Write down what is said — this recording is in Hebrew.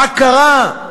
מה קרה?